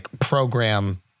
program